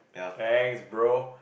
thanks bro